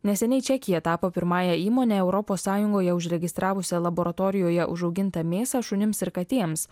neseniai čekija tapo pirmąja įmonė europos sąjungoje užregistravusia laboratorijoje užaugintą mėsą šunims ir katėms